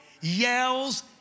yells